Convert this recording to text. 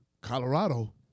Colorado